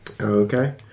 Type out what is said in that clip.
Okay